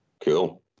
Cool